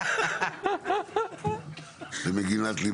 כן.